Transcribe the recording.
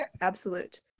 absolute